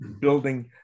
building